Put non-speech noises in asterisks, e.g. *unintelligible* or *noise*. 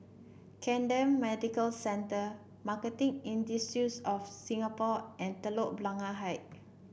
Camden Medical Centre Marketing *unintelligible* of Singapore and Telok Blangah Height